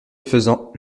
faisant